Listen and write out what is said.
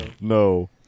no